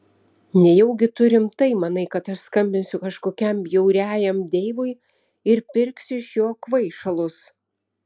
nejaugi tu rimtai manai kad aš skambinsiu kažkokiam bjauriajam deivui ir pirksiu iš jo kvaišalus